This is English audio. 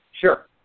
Sure